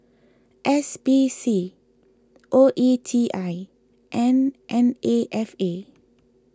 S P C O E T I and N A F A